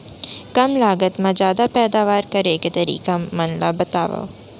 कम लागत मा जादा पैदावार करे के तरीका मन ला बतावव?